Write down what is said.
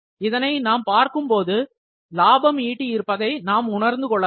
இதனை நாம் பார்க்கும்போது லாபம் ஈட்டி இருப்பதை நாம் உணர்ந்து கொள்ளலாம்